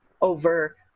over